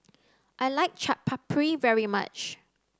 I like Chaat Papri very much